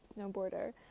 snowboarder